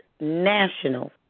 National